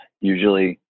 Usually